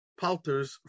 palters